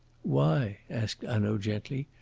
why? asked hanaud gently.